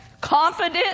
confident